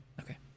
Okay